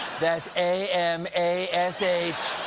that's a m a s h.